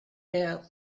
der